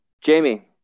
Jamie